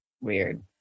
Weird